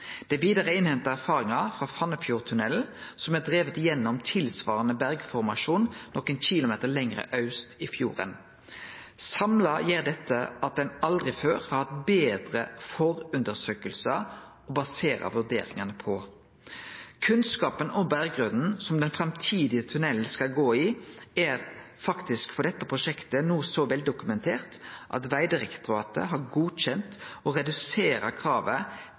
Det er vidare innhenta erfaringar frå Fannefjordtunnelen, som er driven gjennom tilsvarande bergformasjon nokre kilometer lenger aust i fjorden. Samla gjer dette at ein aldri før har hatt betre forundersøkingar å basere vurderingane på. Kunnskapen om berggrunnen som den framtidige tunnelen skal gå i, er faktisk for dette prosjektet no så godt dokumentert at Vegdirektoratet har godkjent å redusere kravet